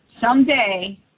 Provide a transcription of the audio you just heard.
someday